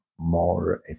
more